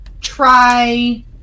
try